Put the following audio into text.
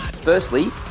Firstly